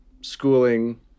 schooling